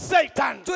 Satan